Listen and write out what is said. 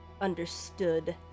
understood